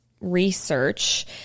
research